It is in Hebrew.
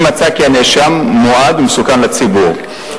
אם מצא כי הנאשם מועד ומסוכן לציבור,